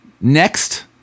Next